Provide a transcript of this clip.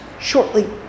shortly